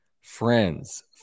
friends